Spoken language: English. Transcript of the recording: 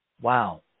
Wow